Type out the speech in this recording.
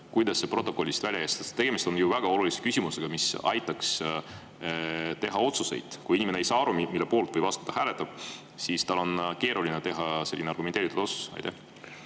kuidas see protokollist välja jäi? Tegemist on väga olulise küsimusega, mis aitaks teha otsuseid. Kui inimene ei saa aru, mille poolt või vastu ta hääletab, siis on tal keeruline teha argumenteeritud otsust. Suur